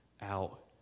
out